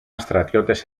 στρατιώτες